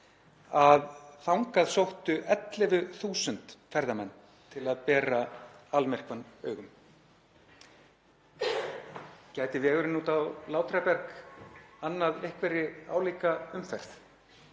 Þangað sóttu 11.000 ferðamenn til að berja almyrkvann augum. Gæti vegurinn út á Látrabjarg annað álíka umferð?